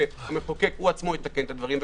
שהוא עצמו יתקן את הדברים,